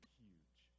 huge